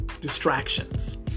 distractions